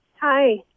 Hi